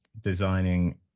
designing